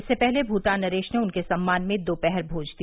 इससे पहले भूटान नरेश ने उनके सम्मान में दोपहर भोज दिया